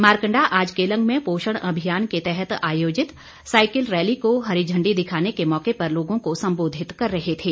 मारकंडा आज केलंग में पोषण अभियान के तह आयोजित साइकिल रैली को हरी झंडी दिखाने के मौके पर लोगों को संबोधित कर रहे थे